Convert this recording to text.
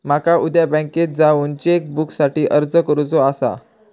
माका उद्या बँकेत जाऊन चेक बुकसाठी अर्ज करुचो आसा